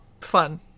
fun